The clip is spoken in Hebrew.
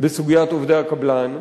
בסוגיית עובדי הקבלן,